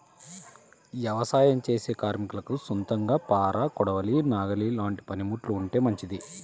యవసాయం చేసే కార్మికులకు సొంతంగా పార, కొడవలి, నాగలి లాంటి పనిముట్లు ఉంటే మంచిది